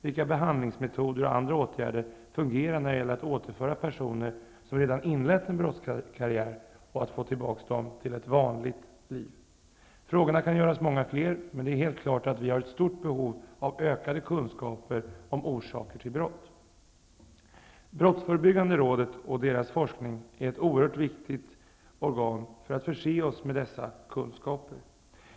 Vilka behandlingsmetoder och andra åtgärder fungerar när det gäller att återföra personer som redan har inlett en brottskarriär till ett vanligt liv? Fler frågor kan ställas, men det är helt klart att vi har ett stort behov av ökade kunskaper om orsaker till brott. Brottsförebyggande rådet och dess forskning är ett oerhört viktigt organ för att förse oss med dessa kunskaper.